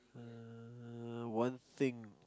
uh one thing